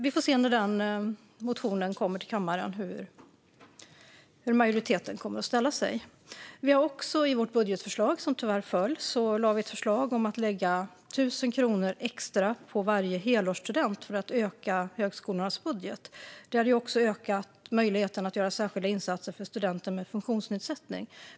Vi får se hur majoriteten kommer att ställa sig till den motionen när den behandlas i kammaren. Och i vårt budgetförslag, som tyvärr föll, finns förslag om att lägga 1 000 kronor extra på varje helårsstudent för att öka högskolornas budget. Det hade också ökat möjligheten att göra särskilda insatser för studenter med funktionsnedsättning.